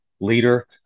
leader